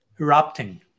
erupting